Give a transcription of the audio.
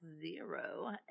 zero